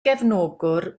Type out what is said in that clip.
gefnogwr